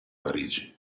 parigi